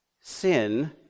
sin